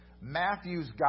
Matthew's